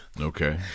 Okay